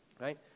right